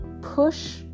push